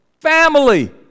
Family